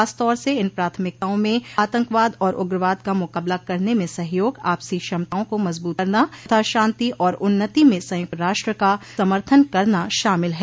ख़ासतौर से इन प्राथमिकताओं में आतंकवाद और उग्रवाद का म्काबला करने में सहयोग आपसी क्षमताओं को मजबूत करना तथा शांति और उन्नति में संयुक्त राष्ट्र का समर्थन करना शामिल है